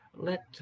Let